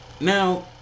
Now